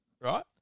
right